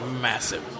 massive